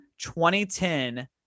2010